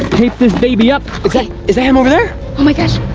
tape this baby up. is that him over there? oh my gosh,